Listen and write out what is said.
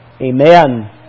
Amen